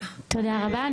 תודה רבה.